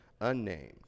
unnamed